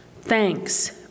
thanks